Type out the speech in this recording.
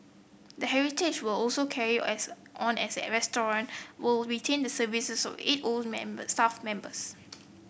the heritage were also carry as on as the restaurant roll retain the services of eight old members staff members